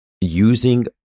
using